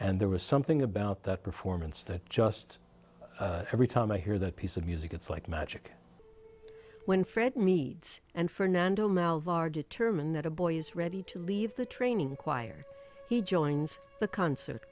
and there was something about that performance that just every time i hear that piece of music it's like magic when fred meets and fernando mouths are determined that a boy is ready to leave the training required he joins the concert